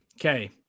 Okay